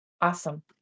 Awesome